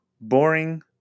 boring